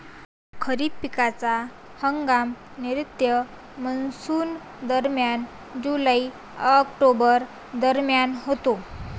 खरीप पिकांचा हंगाम नैऋत्य मॉन्सूनदरम्यान जुलै ऑक्टोबर दरम्यान होतो